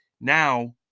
Now